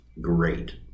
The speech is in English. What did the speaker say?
Great